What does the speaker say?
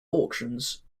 auctions